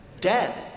dead